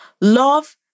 love